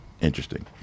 interesting